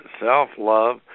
self-love